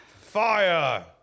fire